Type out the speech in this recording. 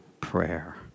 prayer